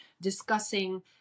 discussing